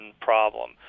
problem